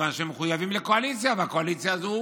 מכיוון שהם מחויבים לקואליציה, והקואליציה הזו